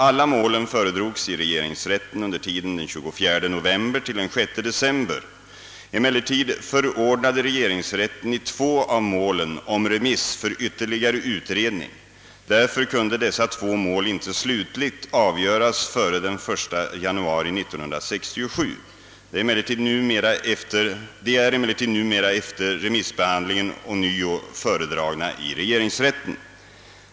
Alla målen föredrogs i regeringsrätten under tiden den 24 november—den 6 december 1966. Emellertid förordnade regeringsrätten i två av målen om remiss för ytterligare utredning. Därför kunde dessa två mål inte slutligt avgöras före den 1 januari 1967. De är emellertid numera efter remissbehandlingen ånyo föredragna i regeringsrätten.